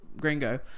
Gringo